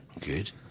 good